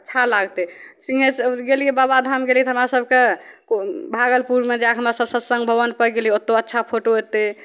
अच्छा लागतै सिँहेश्वर गेलिए बाबाधाम गेलिए तऽ हमरा सभकेँ भागलपुरमे जाके हमरासभ सत्सङ्ग भवनपर गेलिए ओतहु अच्छा फोटो अएतै